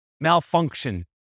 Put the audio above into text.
malfunction